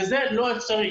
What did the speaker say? וזה לא אפשרי.